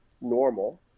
normal